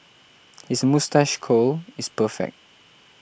his moustache curl is perfect